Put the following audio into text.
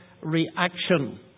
reaction